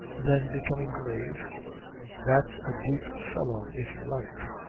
then becoming grave that's a deep fellow, if you like.